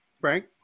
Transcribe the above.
Frank